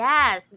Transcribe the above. Yes